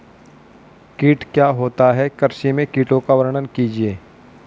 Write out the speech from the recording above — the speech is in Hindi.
कीट क्या होता है कृषि में कीटों का वर्णन कीजिए?